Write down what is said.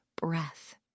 breath